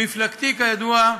מפלגתי, כידוע,